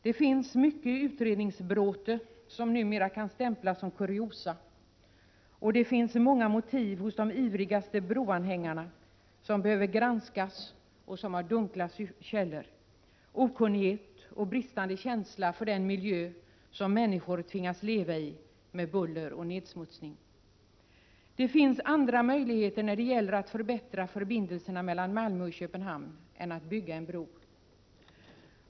Det finns mycket utredningsbråte som numera kan stämplas som kuriosa, och det finns många motiv hos de ivrigaste broanhängarna som behöver granskas och som har dunkla källor: okunnighet och bristande känsla för den miljö som människor tvingas leva i med buller och nedsmutsning. Det finns andra möjligheter när det gäller att förbättra förbindelserna mellan Malmö och Köpenhamn än att bygga en bro.